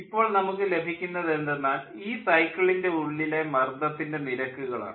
ഇപ്പോൾ നമുക്ക് ലഭിക്കുന്നത് എന്തെന്നാൽ ഈ സൈക്കിളിൻ്റെ ഉള്ളിലെ മർദ്ദത്തിൻ്റെ നിരക്കുകൾ ആണ്